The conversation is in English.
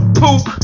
poop